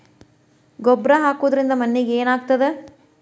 ಗೊಬ್ಬರ ಹಾಕುವುದರಿಂದ ಮಣ್ಣಿಗೆ ಏನಾಗ್ತದ?